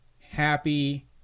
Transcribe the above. Happy